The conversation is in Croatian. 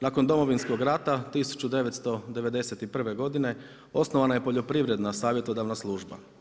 Nakon Domovinskog rata 1991. godine, osnovana je Poljoprivredna savjetodavna služba.